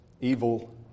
evil